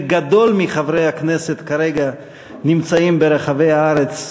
גדול מחברי הכנסת נמצאים כרגע ברחבי הארץ